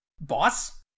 Boss